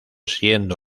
siendo